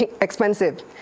expensive